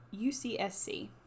UCSC